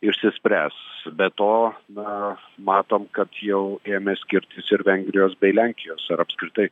išsispręs be to na matom kad jau ėmė skirtis ir vengrijos bei lenkijos ar apskritai